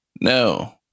No